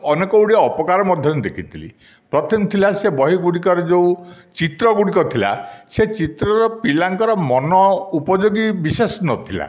ଅନେକ ଗୁଡ଼ିଏ ଅପକାର ମଧ୍ୟ ଦେଖିଥିଲି ପ୍ରଥମେ ଥିଲା ସେ ବହି ଗୁଡ଼ିକରେ ଯେଉଁ ଚିତ୍ର ଗୁଡ଼ିକ ଥିଲା ସେ ଚିତ୍ରର ପିଲାଙ୍କର ମନ ଉପଯୋଗୀ ବିଶେଷ ନଥିଲା